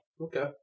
Okay